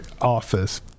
office